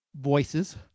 voices